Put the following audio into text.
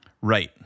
right